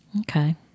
Okay